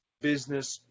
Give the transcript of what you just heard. business